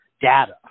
data